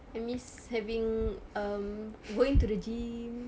I miss having um going to the gym